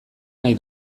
nahi